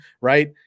right